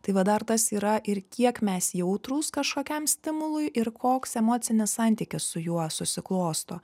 tai va dar tas yra ir kiek mes jautrūs kažkokiam stimului ir koks emocinis santykis su juo susiklosto